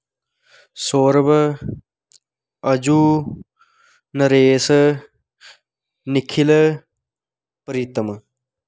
सौरभ अजु नरेश निखिल प्रितम